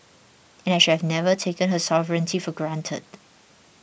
and I should have never taken her sovereignty for granted